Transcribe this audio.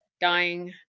dying